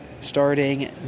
starting